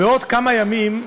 בעוד כמה ימים,